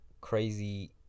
crazy